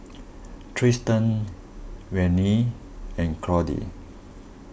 Tristan Vannie and Claude